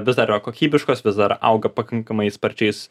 vis dar yra kokybiškos vis dar auga pakankamai sparčiais